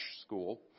school